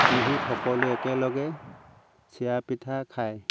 বিহুত সকলোৱে একেলগে চিৰা পিঠা খায়